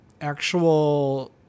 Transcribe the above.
actual